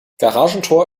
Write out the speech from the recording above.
garagentor